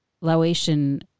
Laotian